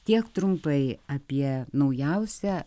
tiek trumpai apie naujausią